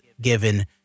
given